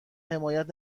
حمایت